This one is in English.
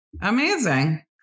amazing